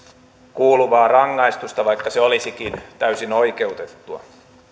kuuluvaa rangaistusta vaikka se olisikin täysin oikeutettua